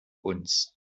uns